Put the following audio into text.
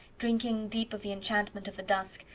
drinking deep of the enchantment of the dusk,